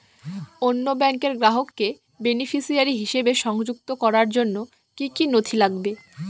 অন্য ব্যাংকের গ্রাহককে বেনিফিসিয়ারি হিসেবে সংযুক্ত করার জন্য কী কী নথি লাগবে?